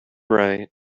right